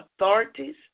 Authorities